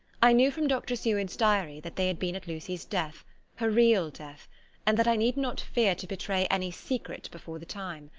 i knew from dr. seward's diary that they had been at lucy's death her real death and that i need not fear to betray any secret before the time.